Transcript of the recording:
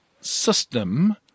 system